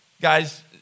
guys